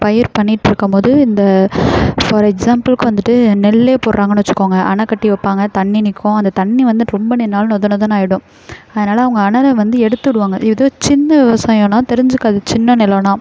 பயிர் பண்ணிட்டு இருக்கும் போது இந்த ஃபார் எக்ஸாம்பிளுக்கு வந்துட்டு நெல் போடுறாங்கன்னு வச்சுக்கோங்க அணை கட்டி வைப்பாங்க தண்ணி நிக்கும் அந்த தண்ணி வந்து ரொம்ப நின்னாலும் நொத நொதன்னு ஆயிடும் அதனால அவங்க அணை வந்து எடுத்துடுவாங்க இது சின்ன விவசாயன்னா தெரிஞ்சிக்காது சின்ன நிலன்னா